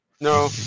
No